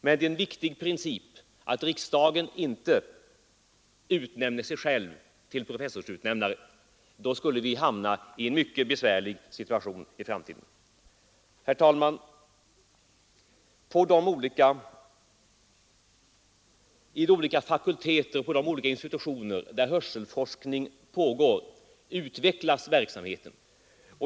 Men det är en viktig princip att riksdagen inte gör sig själv till professorsutnämnare; då skulle vi hamna i en mycket besvärlig situation i framtiden. Vid olika fakulteter på de olika institutioner där hörselforskning pågår utvecklas verksamheten.